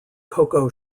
coco